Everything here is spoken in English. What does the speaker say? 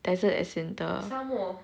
desert as in the